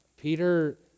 Peter